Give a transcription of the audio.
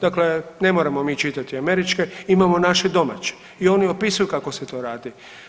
Dakle ne moramo mi čitati američke, imamo naše domaće i oni opisuju kako se to radi.